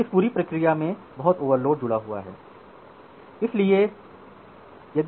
तो इस पूरी प्रक्रिया में बहुत ओवरहेड जुड़ा हुआ है